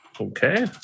Okay